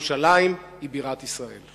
ירושלים היא בירת ישראל.